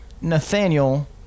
Nathaniel